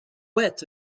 wet